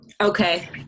Okay